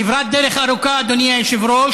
כברת דרך ארוכה, אדוני היושב-ראש,